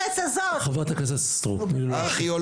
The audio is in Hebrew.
חברת הכנסת סטרוק, תני לו.